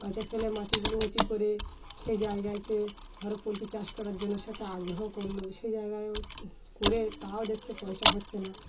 মাঠে ফেলে মাটিগুলো উঁচু করে সেই জায়গাতে ধরো পোলট্রি চাষ করার জন্য সে একটা আগ্রহ করলো সেই জায়গায়ও করে তাও দেখছে পয়সা হচ্ছে না